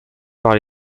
par